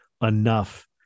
enough